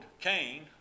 Cain